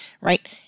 right